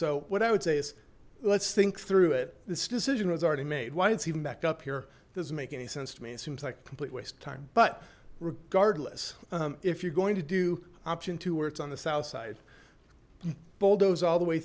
so what i would say is let's think through it this decision was already made why it's even backed up here doesn't make any sense to me it seems like a complete waste of time but regardless if you're going to do option to where it's on the south side bulldoze all the way